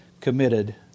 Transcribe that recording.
committed